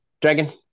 dragon